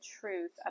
truth